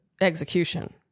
execution